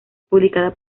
publicada